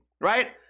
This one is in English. right